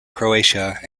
croatia